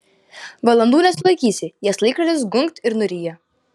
valandų nesulaikysi jas laikrodis gunkt ir nuryja